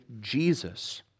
Jesus